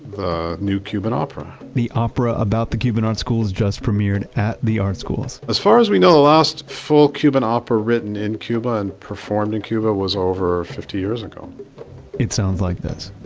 the new cuban opera the opera about the cuban art schools just premiered at the art schools as far as we know, the last full cuban opera written in cuba and performed in cuba was over fifty years ago it sounds like this